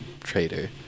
trader